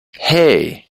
hey